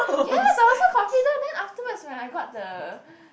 yes I was so confident then afterwards when I got the